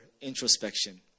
introspection